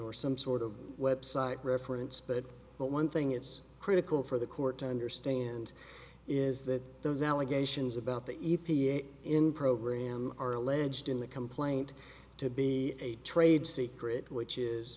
or some sort of website reference but one thing it's critical for the court to understand is that those allegations about the e p a in program are alleged in the complaint to be a trade secret which is